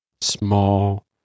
small